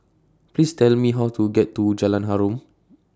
Please Tell Me How to get to Jalan Harum